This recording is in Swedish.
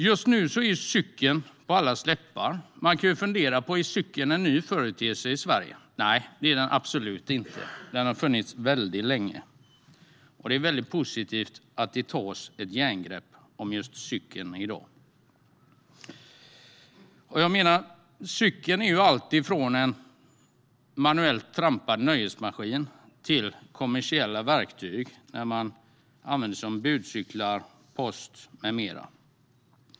Just nu är cykeln på allas läppar. Man kan fundera på om den är en ny företeelse i Sverige. Nej, det är den absolut inte - den har funnits väldigt länge. Det är positivt att det tas ett järngrepp om cykeln i dag. Cykeln är allt från en manuellt trampad nöjesmaskin till ett kommersiellt verktyg när den används som budcykel, för post med mera.